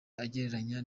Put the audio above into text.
agereranya